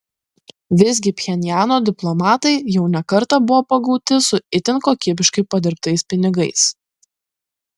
visgi pchenjano diplomatai jau ne kartą buvo pagauti su itin kokybiškai padirbtais pinigais